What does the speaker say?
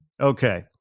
Okay